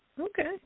Okay